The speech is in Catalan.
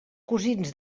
cosins